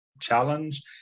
challenge